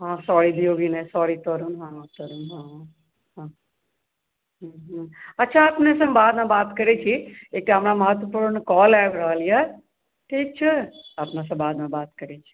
अच्छा अपनेसँ हम बादमे बात करैत छी एकटा हमरा महत्वपूर्ण कॉल आबि रहल यऽ ठीक छै अपनासँ बादमे बात करैत छी